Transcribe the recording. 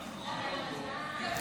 סוהר),